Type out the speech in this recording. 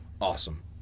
Awesome